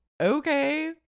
okay